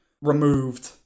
Removed